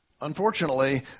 Unfortunately